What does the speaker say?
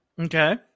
Okay